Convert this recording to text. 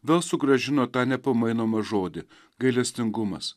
vėl sugrąžino tą nepamainomą žodį gailestingumas